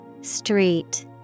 Street